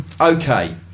Okay